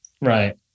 Right